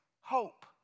hope